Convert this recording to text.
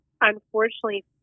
unfortunately